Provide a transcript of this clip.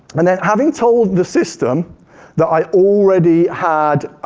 and then having told the system that i already had